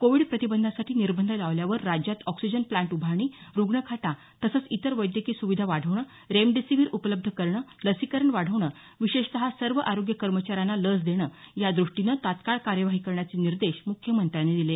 Covid प्रतिबंधासाठी निर्बंध लावल्यावर राज्यात ऑक्सिजन प्लांट उभारणी रुग्णखाटा तसंच इतर वैद्यकीय सुविधा वाढवणं रेमडीसीव्हीर उपलब्ध करणं लसीकरण वाढवणं विशेषत सर्व आरोग्य कर्मचाऱ्यांना लस देणं यादृष्टीने तत्काळ कार्यवाही करण्याचे निर्देश मुख्यमंत्र्यांनी दिले